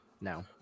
No